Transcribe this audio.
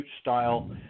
style